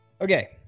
Okay